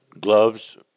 gloves